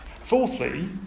Fourthly